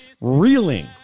reeling